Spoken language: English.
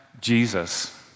Jesus